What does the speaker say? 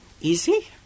easy